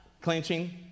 clenching